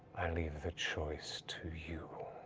i leave the choice to you.